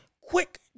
quick